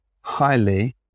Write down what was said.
highly